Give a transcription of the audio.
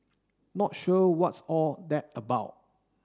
not sure what's all that about